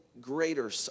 greater